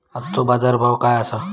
आजचो बाजार भाव काय आसा?